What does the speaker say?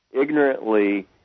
ignorantly